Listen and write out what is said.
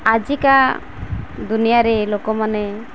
ଆଜିକା ଦୁନିଆରେ ଲୋକମାନେ